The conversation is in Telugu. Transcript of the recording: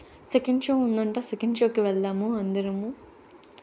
సెకండ్ షో ఉందంట సెకండ్ షోకి వెళ్దాము అందరము